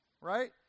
right